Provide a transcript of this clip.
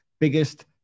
biggest